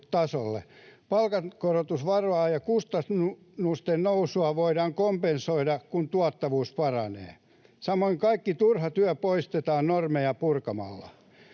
tasolle. Palkankorotusvaraa ja kustannusten nousua voidaan kompensoida, kun tuottavuus paranee. Samoin kaikki turha työ poistetaan normeja purkamalla.